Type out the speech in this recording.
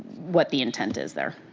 what the intent is there.